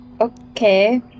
okay